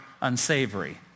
unsavory